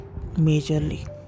Majorly